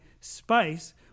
spice